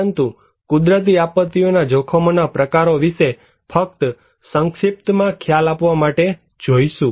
પરંતુ કુદરતી આપત્તિઓના જોખમોના પ્રકારો વિશે ફક્ત સંક્ષિપ્તમાં ખ્યાલ આપવા માટે જોઈશું